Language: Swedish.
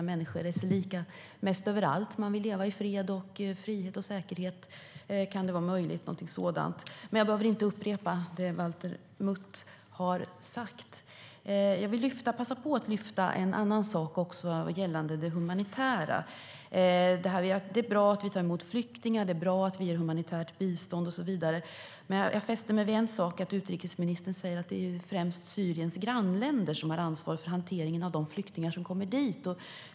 Människor är sig lika mest överallt. Man vill leva i fred, frihet och säkerhet. Kan någonting sådant vara möjligt? Men jag behöver inte upprepa det Valter Mutt har sagt. Jag vill passa på att lyfta fram en annan sak, och det gäller det humanitära. Det är bra att vi tar emot flyktingar, ger humanitärt bistånd och så vidare. Men jag fäster mig vid att utrikesministern säger att det främst är Syriens grannländer som har ansvar för hanteringen av de flyktingar som kommer dit.